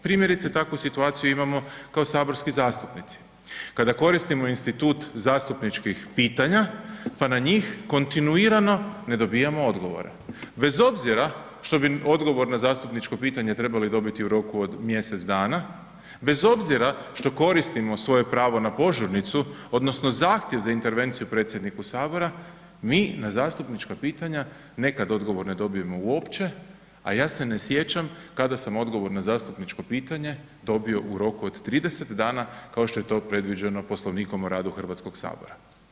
Primjerice takvu situaciju imamo kao saborski zastupnici, kada koristimo institut zastupničkih pitanja, pa na njih kontinuirano ne dobijamo odgovore, bez obzira što bi odgovor na zastupničko pitanje trebali dobiti u roku od mjesec dana, bez obzira što koristimo svoje pravo na požurnicu odnosno zahtjev za intervenciju predsjedniku sabora, mi na zastupnička pitanja nekad odgovor ne dobijemo uopće, a ja se ne sjećam kada sam odgovor na zastupničko pitanje dobio u roku od 30 dana kao što je to predviđeno Poslovnikom o radu Hrvatskog sabora.